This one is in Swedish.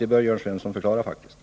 Det bör Jörn Svensson faktiskt förklara!